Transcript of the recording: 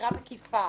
סקירה מקיפה